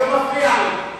מפריע לי.